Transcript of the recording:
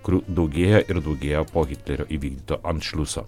kurių daugėja ir daugėja po hitlerio įvykdyto anšliuso